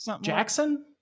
Jackson